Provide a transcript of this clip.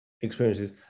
experiences